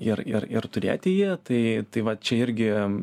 ir ir ir turėti jį tai tai va čia irgi